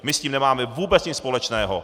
My s tím nemáme vůbec nic společného.